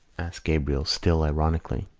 asked gabriel, still ironically.